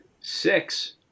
Six